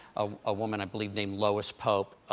a woman i believe named lois pope,